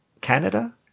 Canada